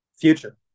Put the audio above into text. future